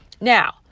Now